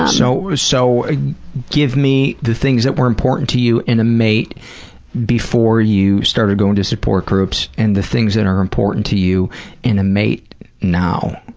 so, so give me the things that were important to you in a mate before you started going to support groups and the things that are important to you in a mate now,